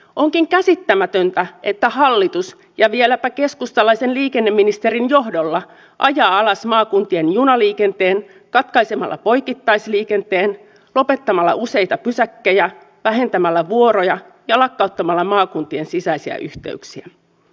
onkin käsittämätöntä että hallitus ja vieläpä keskustalaisen liikenneministerin johdolla ajaa alas maakuntien junaliikenteen katkaisemalla poikittaisliikenteen lopettamalla useita pysäkkejä vähentämällä vuoroja ja lakkauttamalla maakuntien sisäisiä yhteyksiä